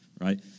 right